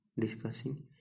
discussing